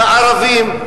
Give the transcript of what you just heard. הערבים,